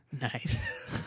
nice